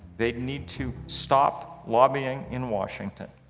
they'd need to stop lobbying in washington.